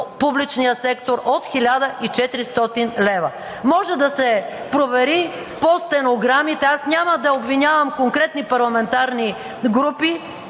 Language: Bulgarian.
публичния сектор от 1400 лв. Може да се провери по стенограмите, аз няма да обвинявам конкретни парламентарни групи,